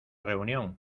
reunión